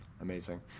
amazing